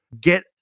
Get